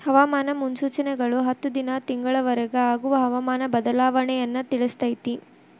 ಹವಾಮಾನ ಮುನ್ಸೂಚನೆಗಳು ಹತ್ತು ದಿನಾ ತಿಂಗಳ ವರಿಗೆ ಆಗುವ ಹವಾಮಾನ ಬದಲಾವಣೆಯನ್ನಾ ತಿಳ್ಸಿತೈತಿ